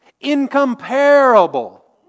incomparable